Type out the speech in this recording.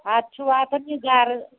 اَدٕ چھُ وا تن یہِ گرٕ